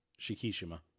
Shikishima